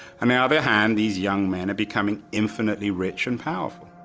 and the ah other hand these young men are becoming infinitely rich and powerful.